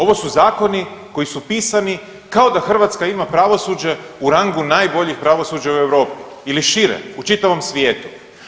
Ovo su zakoni koji su pisani kao da hrvatska ima pravosuđe u rangu najboljih pravosuđa u Europi ili šire u čitavom svijetu.